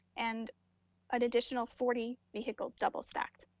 and an additional forty vehicles, double stacked.